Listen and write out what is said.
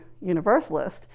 universalist